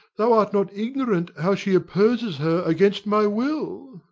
thou art not ignorant how she opposes her against my will.